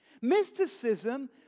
Mysticism